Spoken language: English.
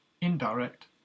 indirect